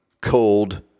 cold